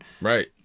Right